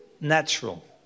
natural